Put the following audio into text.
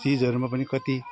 चिजहरूमा पनि कति